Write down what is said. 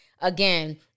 Again